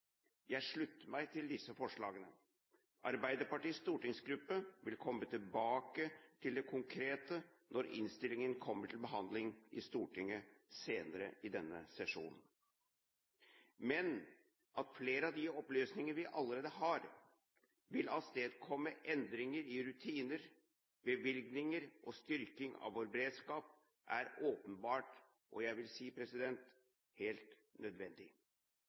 Jeg slutter meg til disse forslagene. Arbeiderpartiets stortingsgruppe vil komme tilbake til det konkrete når innstillingen kommer til behandling i Stortinget senere i denne sesjonen. At flere av de opplysningene vi allerede har, vil avstedkomme endringer i rutiner, bevilgninger og styrking av vår beredskap, er åpenbart, og jeg vil si, helt nødvendig.